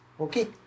okay